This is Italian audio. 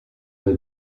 dai